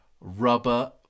rubber